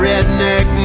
Redneck